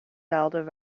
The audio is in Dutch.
daalder